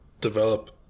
develop